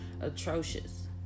atrocious